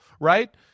right